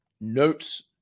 notes